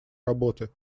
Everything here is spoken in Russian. работы